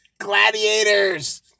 Gladiators